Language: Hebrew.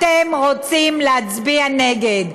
אתם רוצים להצביע נגד.